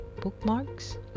bookmarks